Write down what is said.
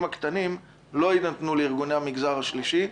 הקטנים לא יינתנו לארגוני המגזר השלישי.